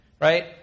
right